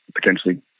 potentially